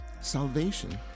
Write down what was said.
Salvation